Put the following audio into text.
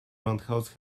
roundhouse